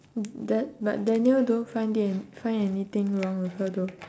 dan~ but daniel don't find it an~ find anything wrong with her though